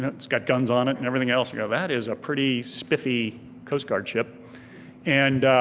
it's got guns on it and everything else, yeah, that is a pretty spiffy coast guard ship and